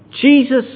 Jesus